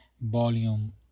volume